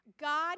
God